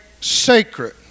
sacred